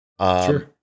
Sure